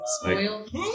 spoiled